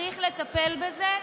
צריך לטפל בזה.